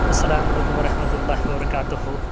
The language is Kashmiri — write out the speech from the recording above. السلام علیکم ورحمۃ اللہ وبرکاتہُ